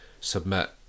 submit